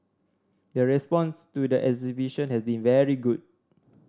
the response to the exhibition has been very good